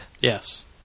Yes